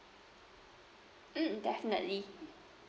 mm definitely